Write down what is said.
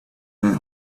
man